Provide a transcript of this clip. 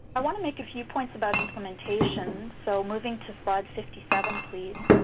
i want to make a few points about implementation. so moving to slide fifty seven, please.